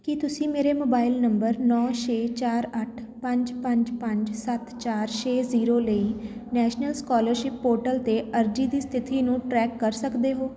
ਕੀ ਤੁਸੀਂ ਮੇਰੇ mobile number ਨੌ ਛੇ ਚਾਰ ਅੱਠ ਪੰਜ ਪੰਜ ਪੰਜ ਸੱਤ ਚਾਰ ਛੇ ਜ਼ੀਰੋ ਲਈ ਨੈਸ਼ਨਲ ਸਕੋਲਰਸ਼ਿਪ ਪੋਰਟਲ 'ਤੇ ਅਰਜ਼ੀ ਦੀ ਸਥਿਤੀ ਨੂੰ ਟਰੈਕ ਕਰ ਸਕਦੇ ਹੋ